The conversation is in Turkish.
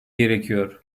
gerekiyor